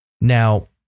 now